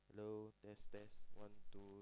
hello test test one two